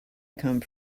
come